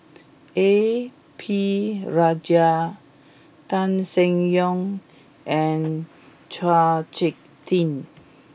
A P Rajah Tan Seng Yong and Chao Hick Tin